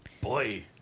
Boy